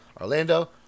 Orlando